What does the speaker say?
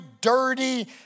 dirty